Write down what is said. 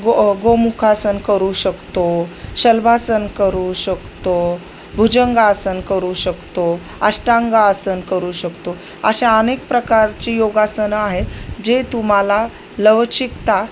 गो गोमुखासन करू शकतो शल्भासन करू शकतो भुजंगासन करू शकतो आष्टांंग आसन करू शकतो अशा अनेक प्रकारची योगासनं आहे जे तुम्हाला लवचिकता